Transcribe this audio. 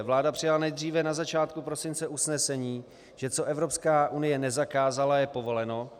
Vláda přijala nejdříve na začátku prosince usnesení, že co Evropská unie nezakázala, je povoleno.